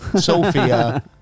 sophia